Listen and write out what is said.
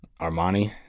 Armani